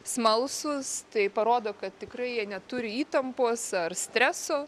smalsūs tai parodo kad tikrai jie neturi įtampos ar streso